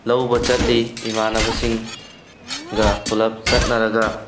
ꯂꯧꯕ ꯆꯠꯂꯤ ꯏꯃꯥꯅꯕꯁꯤꯡ ꯒ ꯄꯨꯂꯞ ꯆꯠꯅꯔꯒ